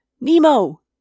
Nemo